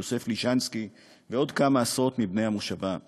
יוסף לישנסקי ועוד כמה עשרות מבני המושבות,